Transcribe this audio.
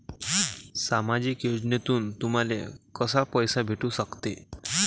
सामाजिक योजनेतून तुम्हाले कसा पैसा भेटू सकते?